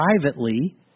Privately